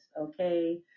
Okay